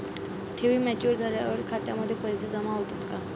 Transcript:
ठेवी मॅच्युअर झाल्यावर खात्यामध्ये पैसे जमा होतात का?